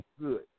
Good